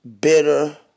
bitter